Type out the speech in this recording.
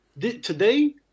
today